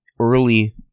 early